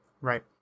Right